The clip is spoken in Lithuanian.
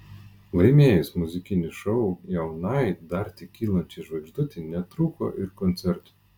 laimėjus muzikinį šou jaunai dar tik kylančiai žvaigždutei netrūko ir koncertų